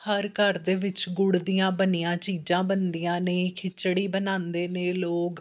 ਹਰ ਘਰ ਦੇ ਵਿੱਚ ਗੁੜ ਦੀਆਂ ਬਣੀਆਂ ਚੀਜ਼ਾਂ ਬਣਦੀਆਂ ਨੇ ਖਿਚੜੀ ਬਣਾਉਂਦੇ ਨੇ ਲੋਕ